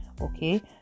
okay